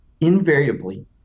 invariably